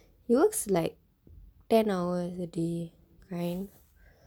he works like ten hours a day kind